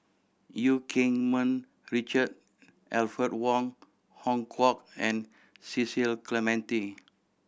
Eu Keng Mun Richard Alfred Wong Hong Kwok and Cecil Clementi